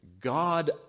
God